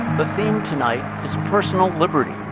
the theme tonight is personal liberty,